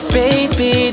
baby